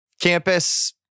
Campus